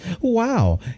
Wow